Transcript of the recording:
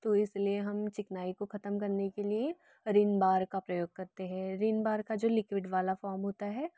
तो इस लिए हम चिकनाई को ख़त्म करने के लिए विम बार का प्रयोग करते हैं रिम बार का जो लिक्विड वाला फॉर्म होता है